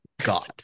god